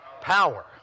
Power